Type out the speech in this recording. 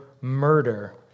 murder